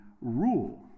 rule